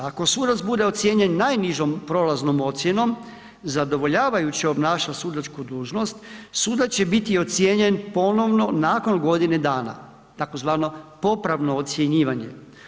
Ako sudac bude ocijenjen najnižom prolaznom ocjenom, zadovoljavajuće obnaša sudačku dužnost, sudac će biti ocijenjen ponovno nakon godine dana tzv. popravno ocjenjivanje.